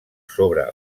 sobre